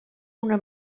una